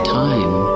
time